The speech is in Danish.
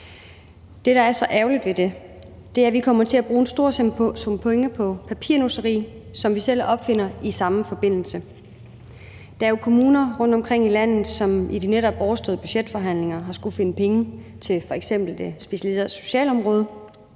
Det, der er så ærgerligt ved det, er, at vi kommer til at bruge en stor sum penge på papirnusseri, som vi selv opfinder i samme forbindelse. Der er jo kommuner rundtomkring i landet, som i de netop overståede budgetforhandlinger har skullet finde penge til f.eks. det specialiserede socialområde,